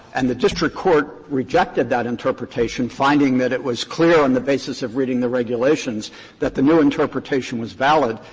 and the district court rejected that interpretation, finding that it was clear on the basis of reading the regulations that the new interpretation is valid,